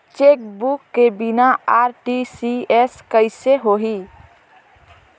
Chequebook के बिना RTGS कइसे होही?